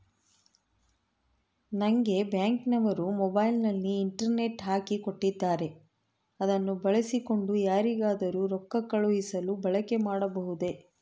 ನಂಗೆ ಬ್ಯಾಂಕಿನವರು ಮೊಬೈಲಿನಲ್ಲಿ ಇಂಟರ್ನೆಟ್ ಹಾಕಿ ಕೊಟ್ಟಿದ್ದಾರೆ ಅದನ್ನು ಬಳಸಿಕೊಂಡು ಯಾರಿಗಾದರೂ ರೊಕ್ಕ ಕಳುಹಿಸಲು ಬಳಕೆ ಮಾಡಬಹುದೇ?